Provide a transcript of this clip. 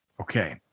Okay